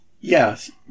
Yes